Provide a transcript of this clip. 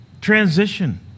Transition